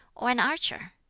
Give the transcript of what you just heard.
or an archer?